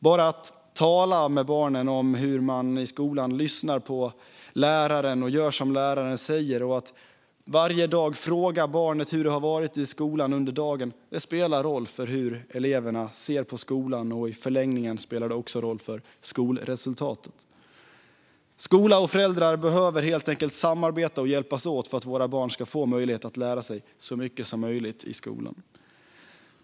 Bara att tala med barnen om hur man i skolan lyssnar på läraren och gör som läraren säger och att varje dag fråga barnen hur det har varit i skolan under dagen spelar roll för hur eleverna ser på skolan. I förlängningen spelar det också roll för skolresultaten. Skola och föräldrar behöver helt enkelt samarbeta och hjälpas åt för att våra barn ska få möjlighet att lära sig så mycket som möjligt i skolan.